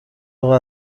اقا